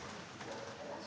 Tak